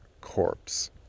corpse